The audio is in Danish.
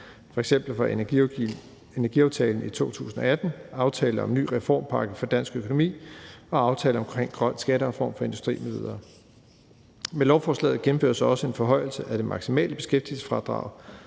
f.eks. fra »Energiaftalen« i 2018, aftalen »En ny reformpakke for dansk økonomi« og »Aftale om grøn skattereform for industri mv.« Med lovforslaget gennemføres også en forhøjelse af det maksimale beskæftigelsesfradrag